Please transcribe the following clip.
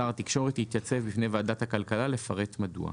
שר התקשורת יתייצב בפני ועדת הכלכלה לפרט מדוע'.